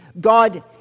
God